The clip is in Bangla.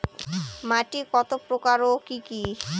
মাটি কত প্রকার ও কি কি?